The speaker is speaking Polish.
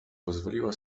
pozwoliła